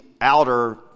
outer